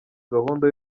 gahunda